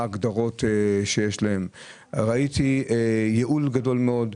ראיתי ייעול גדול מאוד,